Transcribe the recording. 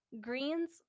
greens